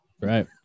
Right